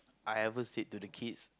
I ever sit to the kids